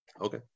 Okay